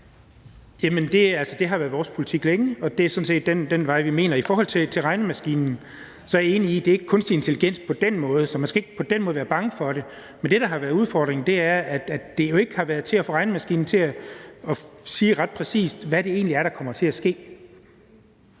været vores politik længe, og det er sådan set den vej, vi mener vi skal gå. I forhold til regnemaskinen vil jeg sige, at det ikke er kunstig intelligens på den måde, så man skal ikke på den måde være bange for det. Men det, der har været udfordringen, er, at det jo ikke har været til at få regnemaskinen til at sige ret præcis, hvad det egentlig er, der kommer til at ske.